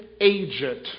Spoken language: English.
agent